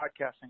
podcasting